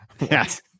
Yes